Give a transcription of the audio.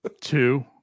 Two